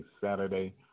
Saturday